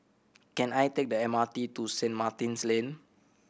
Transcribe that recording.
can I take the M R T to Saint Martin's Lane